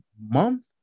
month